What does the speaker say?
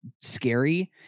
scary